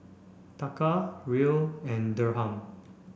Taka Riel and Dirham